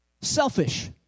selfish